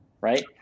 right